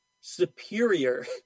superior